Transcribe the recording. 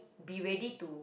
be ready to